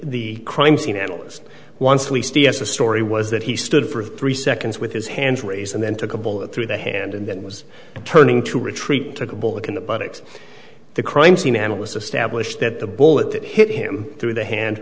the crime scene analyst once we see yes the story was that he stood for three seconds with his hands raised and then took a bullet through the hand and then was turning to retreat took a bullet in the buttocks the crime scene analysts established that the bullet that hit him through the hand